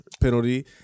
penalty